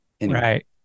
right